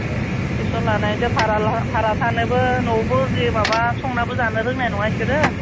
ओं टिसन लानो हयथे भारा लानो भारा थानोबो न'आवबो जेबो माबा संनाबो जानो रोंनाय नङा इसोरो